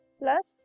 plus